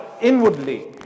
inwardly